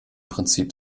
prinzip